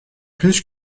plus